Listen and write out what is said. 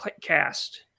cast